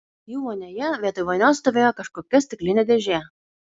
jų vonioje vietoj vonios stovėjo kažkokia stiklinė dėžė